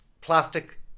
plastic